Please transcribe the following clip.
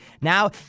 Now